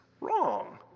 wrong